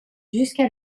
jusqu’à